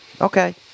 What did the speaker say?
Okay